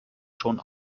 schon